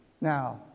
Now